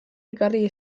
ekarri